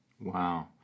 Wow